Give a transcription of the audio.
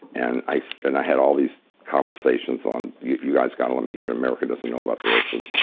and i so and i had all these conversations on, you you guys got to let me in here. america doesn't know about this. and